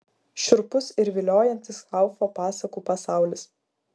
šiurpus ir viliojantis haufo pasakų pasaulis